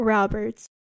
Roberts